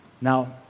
Now